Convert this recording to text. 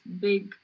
big